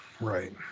right